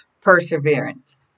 perseverance